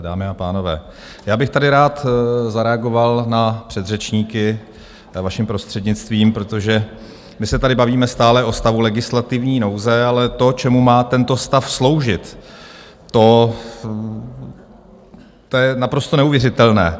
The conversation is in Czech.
Dámy a pánové, já bych tady rád zareagoval na předřečníky, vaším prostřednictvím, protože my se tady bavíme stále o stavu legislativní nouze, ale to, čemu má tento stav sloužit, to je naprosto neuvěřitelné.